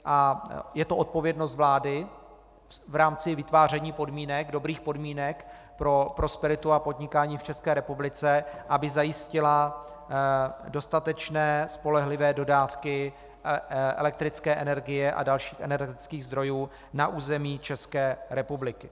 A je to odpovědnost vlády v rámci vytváření dobrých podmínek pro prosperitu a podnikání v České republice, aby zajistila dostatečné, spolehlivé dodávky elektrické energie a dalších energetických zdrojů na území České republiky.